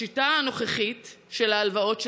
השיטה הנוכחית של ההלוואות,